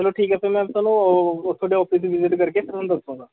ਚੱਲੋ ਠੀਕ ਹੈ ਫਿਰ ਮੈ ਤੁਹਾਨੂੰ ਉਹ ਉੱਥੋਂ ਦੇ ਔਫਿਸ ਵੀਜ਼ਿਟ ਕਰਕੇ ਤੁਹਾਨੂੰ ਦੱਸੂੰਗਾ